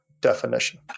definition